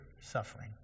suffering